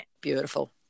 Beautiful